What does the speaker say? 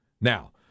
Now